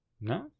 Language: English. No